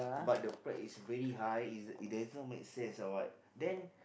but the pride is very high is it it doesn't make sense or what then